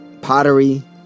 pottery